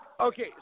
Okay